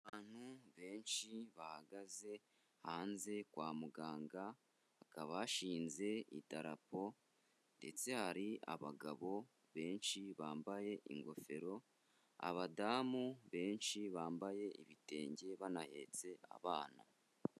Abantu benshi bahagaze hanze kwa muganga, hakaba hashinze idarapo ndetse hari abagabo benshi bambaye ingofero, abadamu benshi bambaye ibitenge banahetse abana.